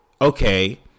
okay